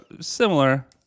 Similar